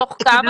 מתוך כמה?